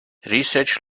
research